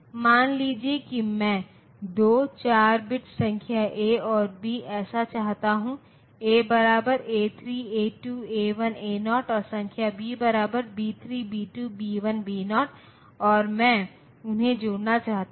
मान लीजिए कि मैं दो 4 बिट संख्या ए और बी ऐसे चाहता हूं A A3 A2 A1 A0 और संख्या B B3 B2 B1 B0 और मैं उन्हें जोड़ना चाहता हूं